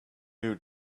new